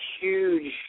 huge